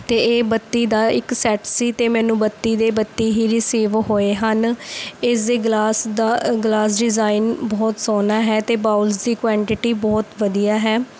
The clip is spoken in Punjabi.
ਅਤੇ ਇਹ ਬੱਤੀ ਦਾ ਇੱਕ ਸੈੱਟ ਸੀ ਅਤੇ ਮੈਨੂੰ ਬੱਤੀ ਦੇ ਬੱਤੀ ਹੀ ਰੀਸੀਵ ਹੋਏ ਹਨ ਇਸ ਦੇ ਗਲਾਸ ਦਾ ਗਲਾਸ ਡਿਜ਼ਾਇਨ ਬਹੁਤ ਸੋਹਣਾ ਹੈ ਅਤੇ ਬਾਊਲਸ ਦੀ ਕੁਆਂਟਿਟੀ ਬਹੁਤ ਵਧੀਆ ਹੈ